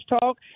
talk